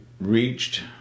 reached